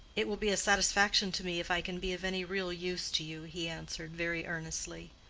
it will be a satisfaction to me if i can be of any real use to you, he answered, very earnestly.